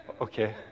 Okay